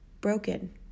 broken